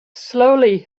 slowly